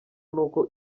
nuko